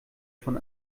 von